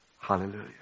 Hallelujah